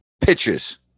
pitches